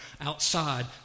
outside